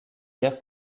guère